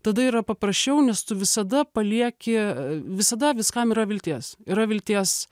tada yra paprasčiau nes tu visada palieki visada viskam yra vilties yra vilties